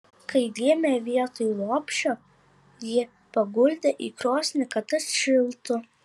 kai gimė vietoj lopšio jį paguldė į krosnį kad atšiltų